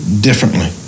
differently